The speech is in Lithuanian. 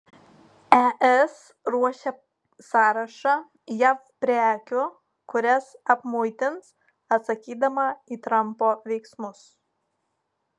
es ruošia sąrašą jav prekių kurias apmuitins atsakydama į trampo veiksmus